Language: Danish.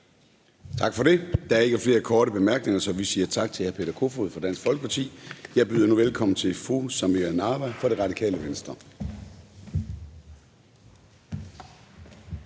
Tak for det. Der er ikke flere korte bemærkninger, så vi siger tak til hr. Peter Kofod fra Dansk Folkeparti. Jeg byder nu velkommen til fru Samira Nawa fra Radikale Venstre.